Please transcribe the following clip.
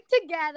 together